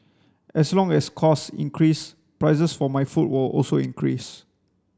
as long as costs increase prices for my food will also increase